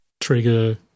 trigger